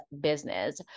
business